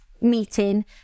meeting